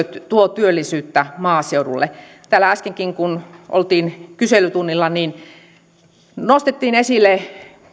tuo työllisyyttä maaseudulle täällä äskenkin kun oltiin kyselytunnilla nostettiin esille